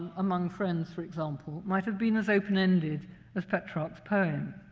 among friends, for example, might have been as open-ended as petrarch's poem.